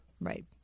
right